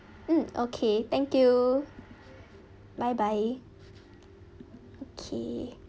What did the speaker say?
mm okay thank you bye bye okay